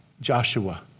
Joshua